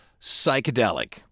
psychedelic